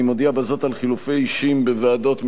אני מודיע בזאת על חילופי אישים בוועדות,